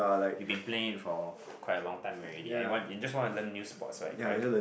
you been played for quite a long time already and you want you just want to learn new sports right correct